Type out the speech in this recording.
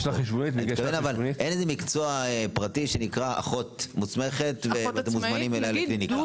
אבל אין מקצוע פרטי שנקרא אחות מוסמכת שמזמינה אליה לקליניקה.